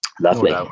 lovely